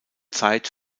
zeit